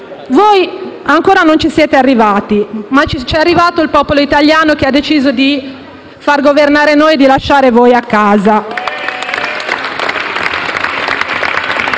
Voi ancora non ci siete arrivati, ma ci è arrivato il popolo italiano, che ha deciso di far governare noi e di lasciare voi a casa.